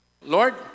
Lord